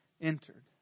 entered